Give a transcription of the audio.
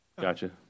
Gotcha